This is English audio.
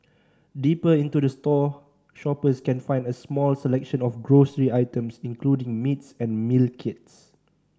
deeper into the store shoppers can find a small selection of grocery items including meats and meal kits